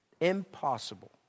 Impossible